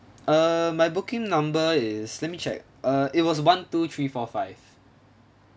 uh my booking number is let me check uh it was one two three four five